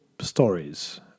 stories